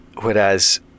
whereas